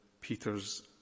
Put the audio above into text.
Peter's